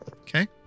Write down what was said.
Okay